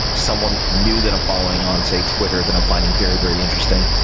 someone new that i'm following on say, twitter, that i'm finding very, very interesting.